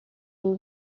une